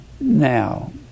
Now